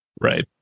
Right